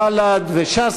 בל"ד וש"ס,